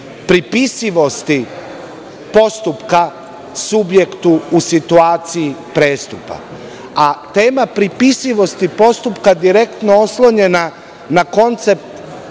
pripisivosti postupka subjektu u situaciji prestupa. A tema pripisivosti postupka direktno, oslonjena na koncept